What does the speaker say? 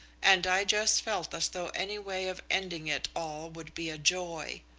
and i just felt as though any way of ending it all would be a joy.